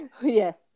Yes